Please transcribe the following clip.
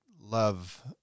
love